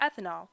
ethanol